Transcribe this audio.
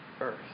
earth